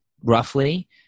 roughly